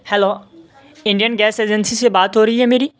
hello Indian gas agency سے بات ہو رہی ہے میری